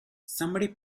somebody